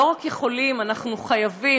לא רק יכולים, אנחנו חייבים.